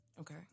Okay